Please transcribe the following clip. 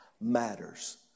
matters